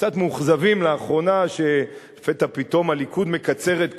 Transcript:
קצת מאוכזבים לאחרונה שלפתע פתאום הליכוד מקצר את כהונתו.